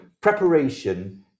preparation